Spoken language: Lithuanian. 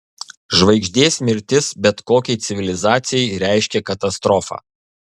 žvaigždės mirtis bet kokiai civilizacijai reiškia katastrofą